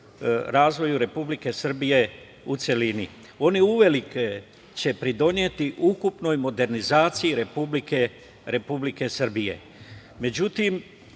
razvoju Republike Srbije u celini. Oni će uveliko pridoneti ukupnoj modernizaciji Republike Srbije.Međutim,